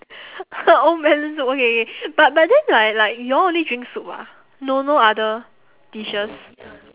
old melon soup okay K but but then right like you all only drink soup ah no no other dishes